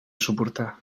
suportar